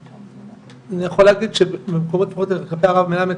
אז אני יכול להגיד שבמקומות כלפי הרב מלמד,